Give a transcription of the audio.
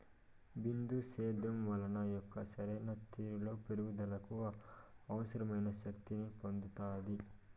బిందు సేద్యం వలన మొక్క సరైన రీతీలో పెరుగుదలకు అవసరమైన శక్తి ని పొందుతాది